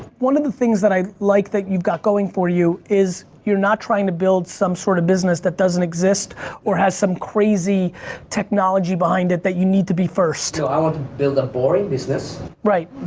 one of the things that i like that you've got going for you is you're not trying to build some sort of business that doesn't exist or has some crazy technology behind it that you need to be first. no, i want to build a boring business. right,